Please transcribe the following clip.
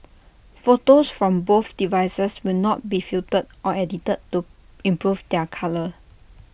photos from both devices will not be filtered or edited to improve their colour